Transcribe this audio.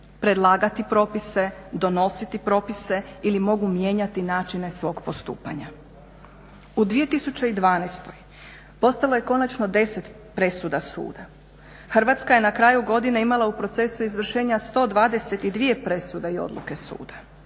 predlagati propise, donositi propise ili mogu mijenjati načine svog postupanja. U 2012. postalo je konačno 10 presuda suda. Hrvatska je na kraju godine imala u procesu izvršenja 122 presude i odluke suda.